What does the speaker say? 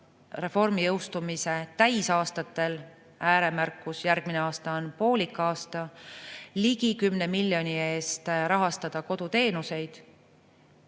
reformi jõustumise täisaastatel – ääremärkus: järgmine aasta on poolik aasta – ligi 10 miljoni eest rahastada koduteenuseid.